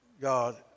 God